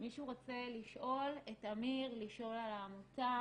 מישהו רוצה לשלוח את אמיר, לשאול על העמותה,